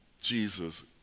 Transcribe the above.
Jesus